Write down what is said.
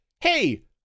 hey